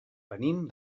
venim